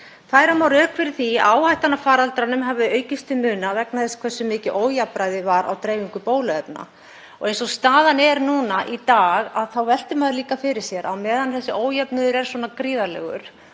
Færa má rök fyrir því að áhættan af faraldrinum hafi aukist til muna vegna þess hversu mikið ójafnræði var á dreifingu bóluefna. Eins og staðan er í dag veltir maður líka fyrir sér, á meðan þessi ójöfnuður er gríðarlegur